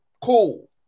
Cool